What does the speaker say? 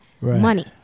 money